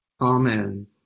Amen